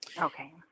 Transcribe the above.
Okay